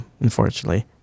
unfortunately